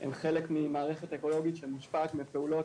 הם חלק ממערכת אקולוגית שמושפעת מפעולות